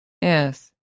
Yes